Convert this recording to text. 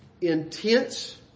intense